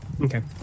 Okay